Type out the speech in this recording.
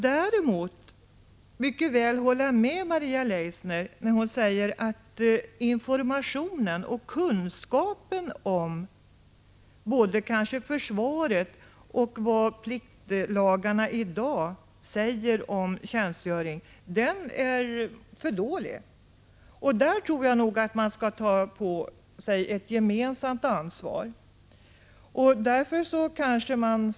Däremot kan jag mycket väl hålla med Maria Leissner, när hon säger att informationen om försvaret och om vad pliktlagarna säger om tjänstgöringen i dagär för dålig. Där tror jag att man skall ta på sig ett gemensamt ansvar för att öka kunskaperna.